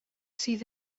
sydd